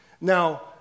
Now